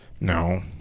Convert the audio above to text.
No